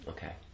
Okay